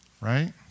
Right